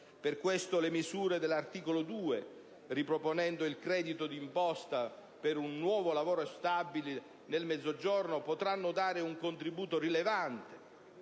Per questo, le misure dell'articolo 2, riproponendo il credito d'imposta per un nuovo lavoro stabile nel Mezzogiorno, potranno dare un contributo rilevante